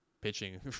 pitching